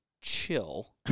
chill